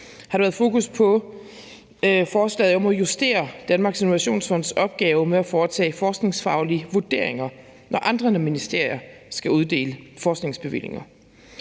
dag – været fokus på forslaget om at justere Danmarks Innovationsfonds opgave med at foretage forskningsfaglige vurderinger, når andre ministerier skal uddele forskningsbevillinger.